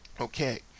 okay